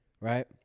right